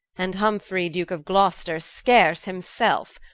and humfrey, duke of gloster, scarce himselfe,